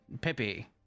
Pippi